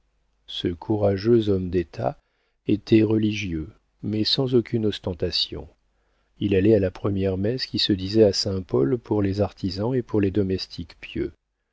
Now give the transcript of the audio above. ce courageux homme d'état était religieux mais sans aucune ostentation il allait à la première messe qui se disait à saint-paul pour les artisans et pour les domestiques pieux